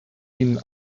ihnen